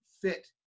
fit